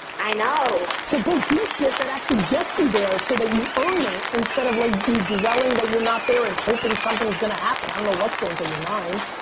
i know. so go do shit that actually gets you there, so that you earn it instead of like you dwelling that you're not there and hoping something's gonna happen. i don't know what's going through your mind.